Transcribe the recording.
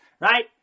Right